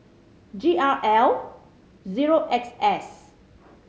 G R L zero X S